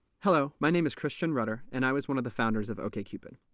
hello, my name is christian rudder, and i was one of the founders of okcupid.